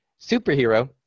superhero